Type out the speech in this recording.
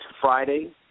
Friday